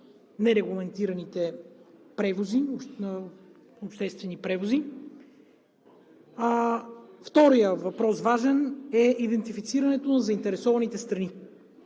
нерегламентираните обществени превози. Вторият важен въпрос е идентифицирането на заинтересованите страни.